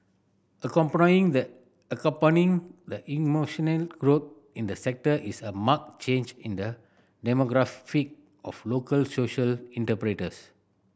the accompanying the emotional growth in the sector is a marked change in the demographic of local social